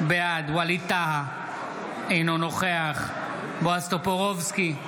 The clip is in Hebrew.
בעד ווליד טאהא, אינו נוכח בועז טופורובסקי,